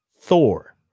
Thor